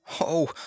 Oh